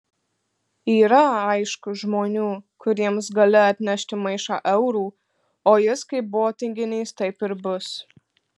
yra aišku žmonių kuriems gali atnešti maišą eurų o jis kaip buvo tinginys taip ir bus